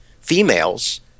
females